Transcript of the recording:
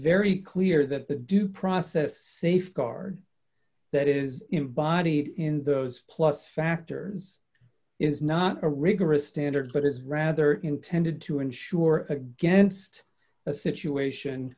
very clear that the due process safeguard that is embodied in those plus factors is not a rigorous standard but is rather intended to insure against a situation